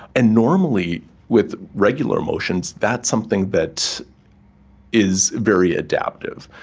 and normally with regular emotions that's something that is very adaptive.